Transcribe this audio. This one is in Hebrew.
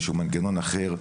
איזשהו מנגנון אחר,